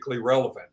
relevant